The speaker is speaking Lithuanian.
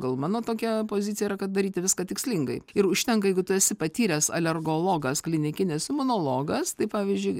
gal mano tokia pozicija yra kad daryti viską tikslingai ir užtenka jeigu tu esi patyręs alergologas klinikinis imunologas tai pavyzdžiui